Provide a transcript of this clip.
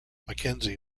mackenzie